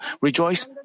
rejoice